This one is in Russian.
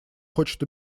хочет